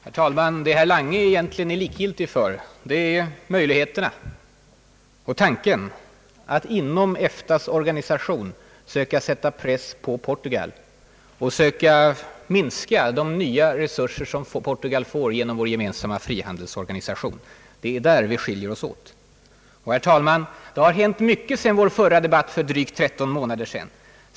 Herr talman! Det som herr Lange är likgiltig för är möjligheterna och tanken att inom EFTA:s organisation söka utöva press mot Portugal och att försöka minska de nya resurser som Portugal får genom vår gemensamma frihandelsorganisation. Det är främst på den punkten som herr Lange och jag skiljer oss åt. Det är hänt mycket sedan vår förra debatt för drygt 13 månader sedan.